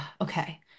okay